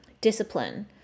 discipline